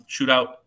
shootout